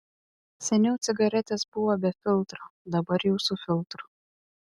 seniau cigaretės buvo be filtro dabar jau su filtru